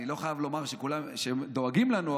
אני לא חייב לומר שדואגים לנו,